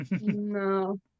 no